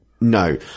No